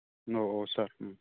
औ औ सार औ